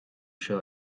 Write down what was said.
seo